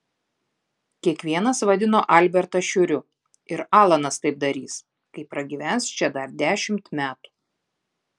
kiekvienas vadino albertą šiuriu ir alanas taip darys kai pragyvens čia dar dešimt metų